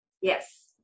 Yes